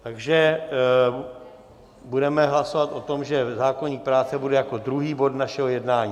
Takže budeme hlasovat o tom, že zákoník práce bude jako druhý bod našeho jednání.